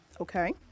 Okay